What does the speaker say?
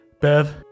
Bev